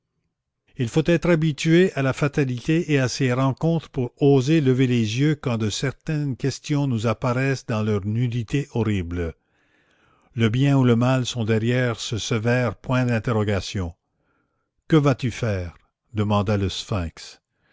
il faut être habitué à la fatalité et à ses rencontres pour oser lever les yeux quand de certaines questions nous apparaissent dans leur nudité horrible le bien ou le mal sont derrière ce sévère point d'interrogation que vas-tu faire demanda le sphinx